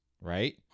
right